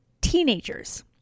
teenagers